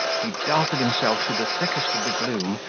he darted himself through the thickest of the gloom,